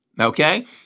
okay